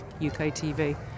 UKTV